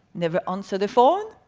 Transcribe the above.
never answered the phone.